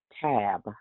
tab